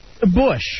Bush